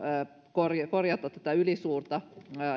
korjata korjata ylisuurta